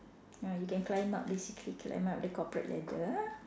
ah you can climb up basically climb up the corporate ladder